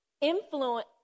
influence